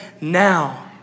now